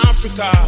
Africa